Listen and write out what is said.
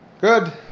Good